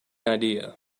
idea